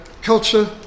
culture